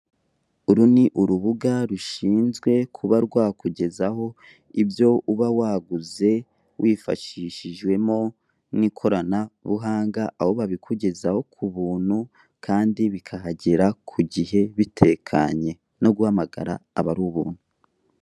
Uru ni urubuga rushinzwe kuba rwakugezaho ibyo uba waguze wifashishijwemo n'ikoranabuhanga, aho babikugezaho ku buntu kandi bikahagera ku gihe bitekanye no guhamagara aba ari ubuntu.